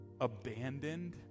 abandoned